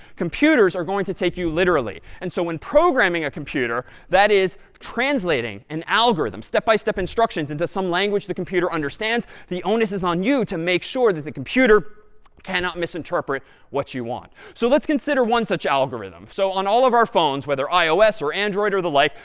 computers are going to take you literally. and so when programming a computer, that is, translating an algorithm, step by step instructions, into some language the computer understands, the onus is on you to make sure that the computer cannot misinterpret what you want. so let's consider one such algorithm. so on all of our phones, whether ios or android or the like,